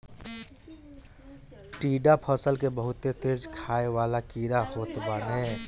टिड्डा फसल के बहुते तेज खाए वाला कीड़ा होत बाने